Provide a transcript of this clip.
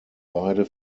beide